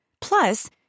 Plus